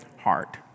heart